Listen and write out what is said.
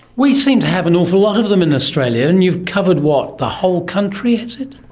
we seem to have an awful lot of them in australia and you've covered, what, the whole country, is it?